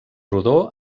rodó